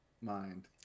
mind